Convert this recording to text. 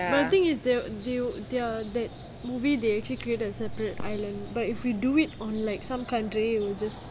the thing is they will they their that movie they actually created a separate island but if we do it on like some countries it will just